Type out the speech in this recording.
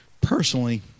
Personally